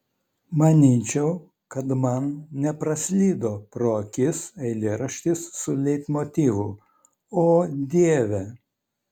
manyčiau kad man nepraslydo pro akis eilėraštis su leitmotyvu o dieve